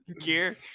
gear